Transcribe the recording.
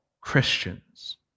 Christians